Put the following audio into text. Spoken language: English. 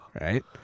right